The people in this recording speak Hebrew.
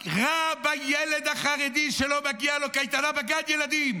מה רע בילד החרדי שלא מגיעה לו קייטנה בגן ילדים?